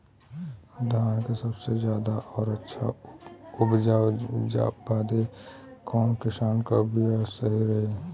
धान क सबसे ज्यादा और अच्छा उपज बदे कवन किसीम क बिया सही रही?